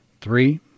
three